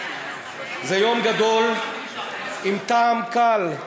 זה יום גדול עם טעם קל,